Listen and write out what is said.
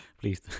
Please